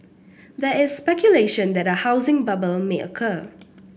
there is speculation that a housing bubble may occur